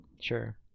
Sure